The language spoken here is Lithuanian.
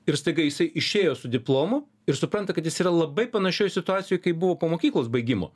ir staiga jisai išėjo su diplomu ir supranta kad jis yra labai panašioj situacijoj kaip buvo po mokyklos baigimo